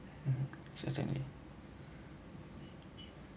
certainly